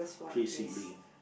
three sibling